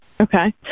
Okay